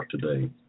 today